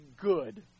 good